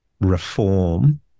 reform